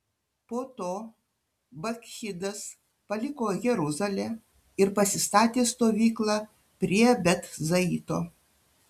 po to bakchidas paliko jeruzalę ir pasistatė stovyklą prie bet zaito